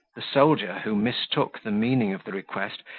the soldier, who mistook the meaning of the request,